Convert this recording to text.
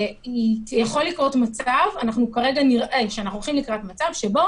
נראה שאנחנו הולכים לקראת מצב שבו